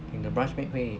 你的 branch mate 会